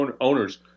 owners